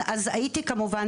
אדוני היושב-ראש,